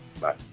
Bye